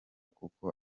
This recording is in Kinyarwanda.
kuko